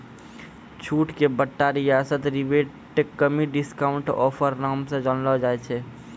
छूट के बट्टा रियायत रिबेट कमी डिस्काउंट ऑफर नाम से जानलो जाय छै